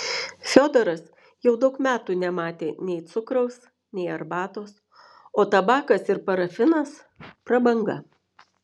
fiodoras jau daug metų nematė nei cukraus nei arbatos o tabakas ir parafinas prabanga